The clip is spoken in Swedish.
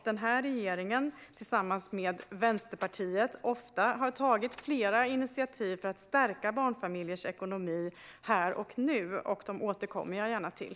Den här regeringen har, ofta tillsammans med Vänsterpartiet, tagit flera initiativ för att stärka barnfamiljers ekonomi här och nu. Dessa återkommer jag gärna till.